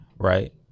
right